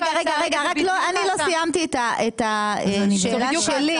אני לא סיימתי את השאלה שלי.